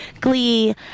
Glee